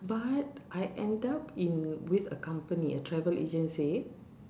but I end up in with a company a travel agency